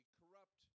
corrupt